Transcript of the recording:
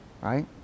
Right